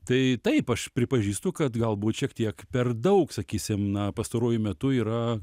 tai taip aš pripažįstu kad galbūt šiek tiek per daug sakysim na pastaruoju metu yra